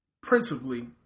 Principally